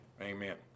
amen